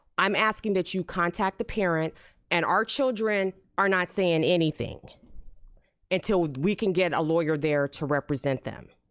i'm asking that you contact the parent and our children are not saying anything until we can get a lawyer there to represent them.